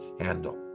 handle